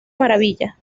maravilla